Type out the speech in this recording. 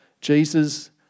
Jesus